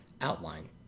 outline